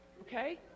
okay